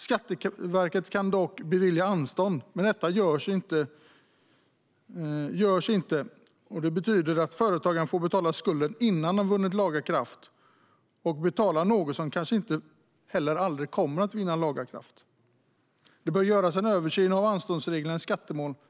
Skatteverket kan bevilja anstånd, men görs inte detta betyder det att företagaren får betala skulden innan den vunnit laga kraft och betala något som kanske aldrig kommer att vinna laga kraft. Det bör göras en översyn av anståndsreglerna i skattemål.